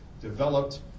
developed